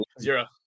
zero